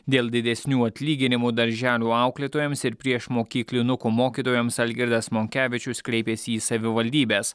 dėl didesnių atlyginimų darželių auklėtojams ir priešmokyklinukų mokytojams algirdas monkevičius kreipėsi į savivaldybes